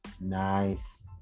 nice